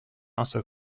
also